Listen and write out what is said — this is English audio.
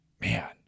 man